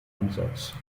einsatz